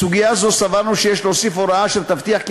בסוגיה זו סברנו שיש להוסיף הוראה אשר תבטיח כי